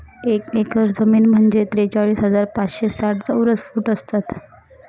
एक एकर जमीन म्हणजे त्रेचाळीस हजार पाचशे साठ चौरस फूट असतात